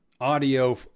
audio